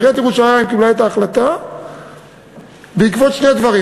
עיריית ירושלים קיבלה את ההחלטה בעקבות שני דברים.